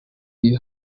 iyo